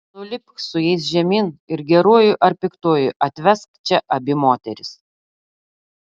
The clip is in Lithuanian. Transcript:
nulipk su jais žemyn ir geruoju ar piktuoju atvesk čia abi moteris